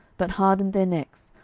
but hardened their necks,